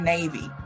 Navy